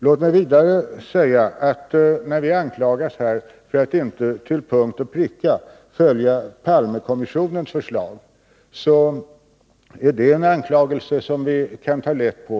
Låt mig vidare säga att när vi anklagas för att inte till punkt och pricka följa Palmekommissonens förslag, är det en anklagelse som vi kan ta lätt på.